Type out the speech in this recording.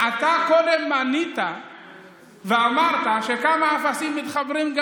אתה קודם מנית ואמרת שכמה אפסים מתחברים,